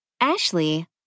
Ashley